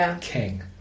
king